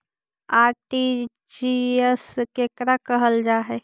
RTGS केकरा कहल जा है?